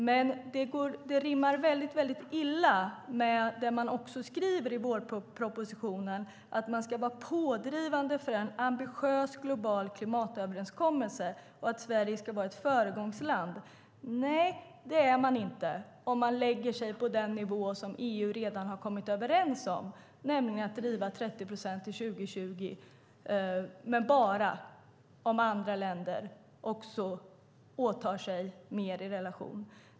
Men detta rimmar väldigt illa med det man skriver i vårpropositionen, att man ska vara pådrivande för en ambitiös global klimatöverenskommelse och att Sverige ska vara ett föregångsland. Nej, det är man inte om man lägger sig på den nivå som EU redan har kommit överens om, nämligen att driva 30 procent till 2020 men bara om andra länder också åtar sig mer.